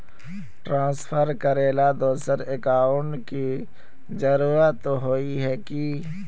Transfer करेला दोसर account की जरुरत होय है की?